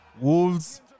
Wolves